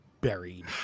buried